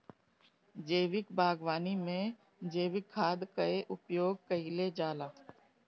जैविक बागवानी में जैविक खाद कअ उपयोग कइल जाला